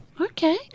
Okay